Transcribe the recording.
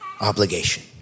obligation